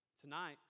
Tonight